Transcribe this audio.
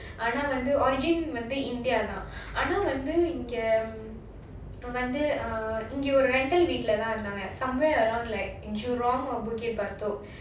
ஆனா வந்து:aanaa vandhu origin வந்து:vandhu india தான் ஆனா வந்து இங்க வந்து ஒரு இங்க:thaan aanaa vandhu inga vandhu oru inga rental வீட்லதா இருந்தாங்க:veetlathaa irundhaanga somewhere around like jurong or bukit batok